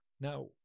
Now